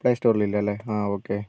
play സ്റ്റോറില്ലിലാല്ലേ ആ okay